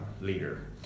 leader